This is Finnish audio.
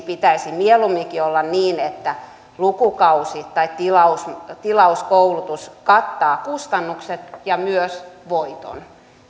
pitäisi mieluumminkin olla niin että lukukausimaksu tai tilauskoulutus kattaa kustannukset ja myös voiton